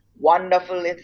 wonderful